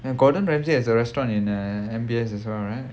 and gordon ramsay has a restaurant in uh M_B_S as well right